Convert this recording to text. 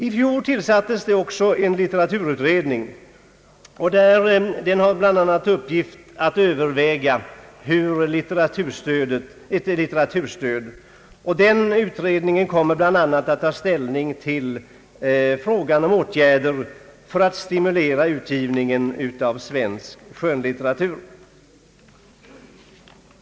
I fjol tillsattes också en litteraturutredning, och den har bland annat till uppgift att överväga hur ett litteraturstöd skall se ut. Den utredningen kommer bland annat att ta ställning till frågan om åtgärder för att stimulera utgivningen av svensk skönlitteratur.